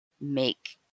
make